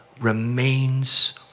remains